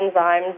enzymes